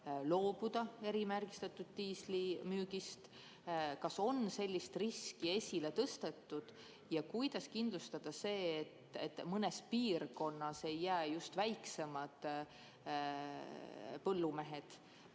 loobuda erimärgistatud diisli müügist? Kas on sellist riski esile tõstetud? Ja kuidas kindlustada see, et mõnes piirkonnas ei jää just väiksemad põllumehed